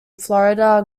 florida